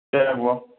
کیا ہوا